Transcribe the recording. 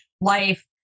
life